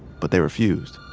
but they refused.